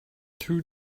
two